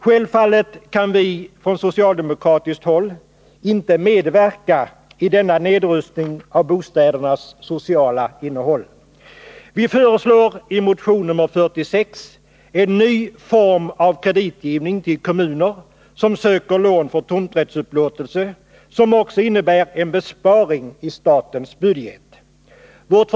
Självfallet kan vi från socialdemokratiskt håll inte medverka i denna nedrustning av bostädernas sociala innehåll. Vi föreslår i motion nr 46 en ny form av kreditgivning till kommuner som söker lån för tomträttsupplåtelse — den innebär också en besparing i statens budget.